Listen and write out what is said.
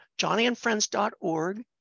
johnnyandfriends.org